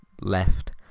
left